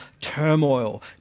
turmoil